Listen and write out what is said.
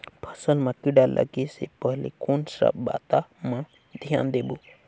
फसल मां किड़ा लगे ले पहले कोन सा बाता मां धियान देबो?